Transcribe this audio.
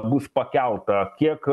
bus pakelta kiek